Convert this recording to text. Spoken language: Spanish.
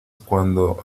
cuando